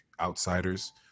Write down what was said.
outsiders